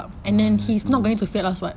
ah ya true